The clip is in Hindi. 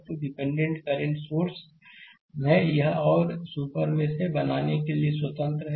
तो डिपेंडेंट करंट सोर्स है यह एक और सुपर मेष बनाने के लिए स्वतंत्र है